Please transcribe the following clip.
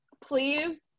Please